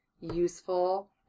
useful